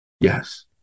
Yes